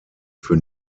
für